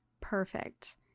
perfect